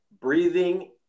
breathing